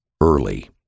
early